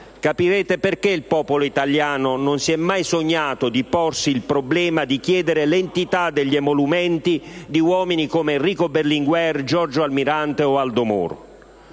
capirete perché il popolo italiano non si è mai sognato di porsi il problema di chiedere l'entità degli emolumenti di uomini come Enrico Berlinguer, Giorgio Almirante o Aldo Moro.